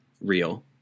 Real